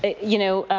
you know,